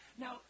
Now